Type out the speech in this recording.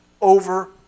over